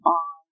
on